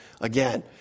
again